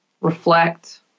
reflect